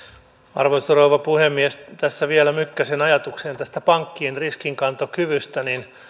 arvoisa rouva puhemies tässä vielä mykkäsen ajatukseen tästä pankkien riskinkantokyvystä